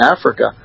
Africa